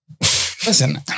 Listen